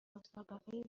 مسابقه